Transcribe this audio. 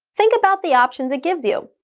think about the options it gives you.